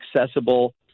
accessible